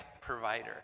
provider